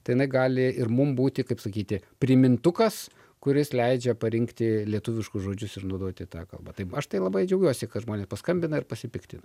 tai jinai gali ir mum būti kaip sakyti primintukas kuris leidžia parinkti lietuviškus žodžius ir naudoti tą kalbą taip aš tai labai džiaugiuosi kad žmonės paskambina ir pasipiktina